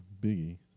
Biggie